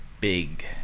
big